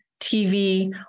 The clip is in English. TV